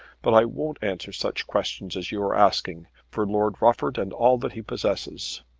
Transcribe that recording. but i won't answer such questions as you are asking for lord rufford and all that he possesses.